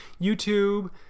YouTube